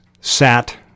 sat